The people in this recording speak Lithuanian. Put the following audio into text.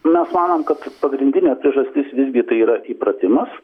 mes manom kad pagrindinė priežastis visgi tai yra įpratimas